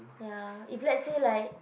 ya if let's say like